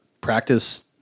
practice